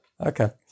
Okay